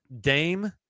Dame